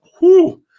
whoo